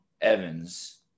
Evans